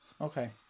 Okay